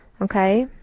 ok?